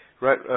right